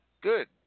Good